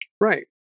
right